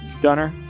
dunner